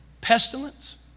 pestilence